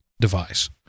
device